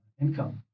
income